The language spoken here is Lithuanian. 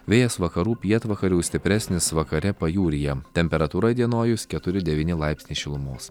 vėjas vakarų pietvakarių stipresnis vakare pajūryje temperatūra įdienojus keturi devyni laipsnių šilumos